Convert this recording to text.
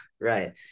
Right